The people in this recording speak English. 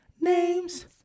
Names